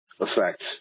effect